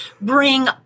bring